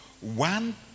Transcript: one